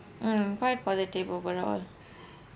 um quite positive overall